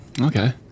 Okay